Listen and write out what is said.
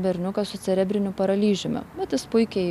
berniukas su cerebriniu paralyžiumi bet jis puikiai